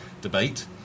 debate